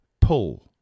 Pull